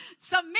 Submit